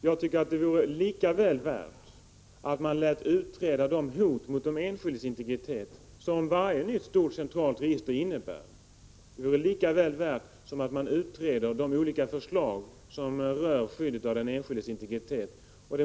Jag tycker att det vore väl värt att låta utreda de hot mot den enskildes integritet som varje nytt stort centralt register innebär. Detta är lika angeläget som att man utreder de olika förslag som rör skyddet av den enskildes integritet.